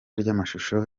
ry’amashusho